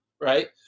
right